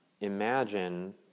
imagine